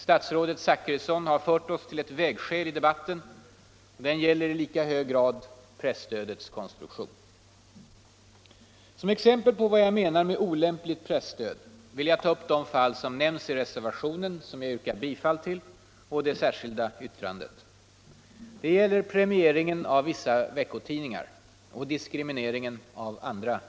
Statsrådet Zachrisson har fört oss till ett vägskäl i debatten, och den gäller i lika hög grad presstödets konstruktion. Som exempel på vad jag menar med olämpligt presstöd vill jag ta upp de fall som nämns i reservationen, som jag yrkar bifall till, och det särskilda yttrandet. Det gäller premieringen av vissa veckotidningar och diskrimineringen av andra.